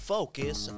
Focus